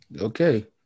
okay